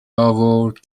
آورد